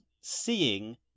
seeing